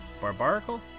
Barbarical